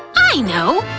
i know,